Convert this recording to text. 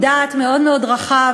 הוועדה,